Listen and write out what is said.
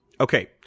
okay